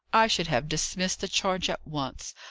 i should have dismissed the charge at once,